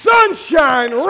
Sunshine